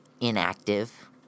inactive